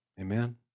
Amen